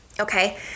Okay